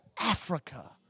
Africa